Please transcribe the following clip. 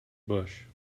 bush